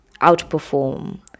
outperform